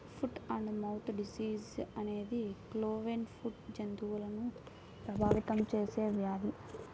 foot and mouth disease అనేది cloven foot జంతువులను ప్రభావితం చేసే వ్యాధి